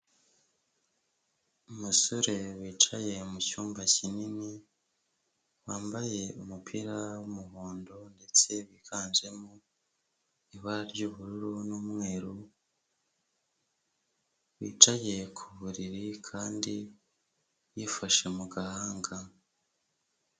Umusore wicaye mu cyumba kinini, wambaye umupira w'umuhondo ndetse wiganjemo ibara ry'ubururu n'umweru, wicaye ku buriri kandi yifashe mu gahanga.